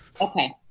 Okay